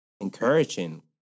encouraging